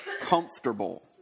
comfortable